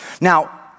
Now